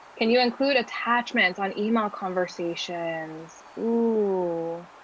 can you include attachments on email conversations? ooh,